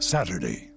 Saturday